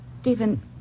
Stephen